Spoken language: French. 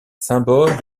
symbole